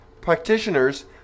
practitioners